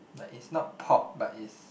like it's not pop but is